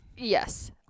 Yes